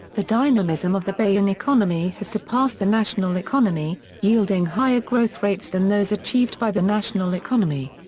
the dynamism of the bahian economy has surpassed the national economy, yielding higher growth rates than those achieved by the national economy.